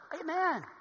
Amen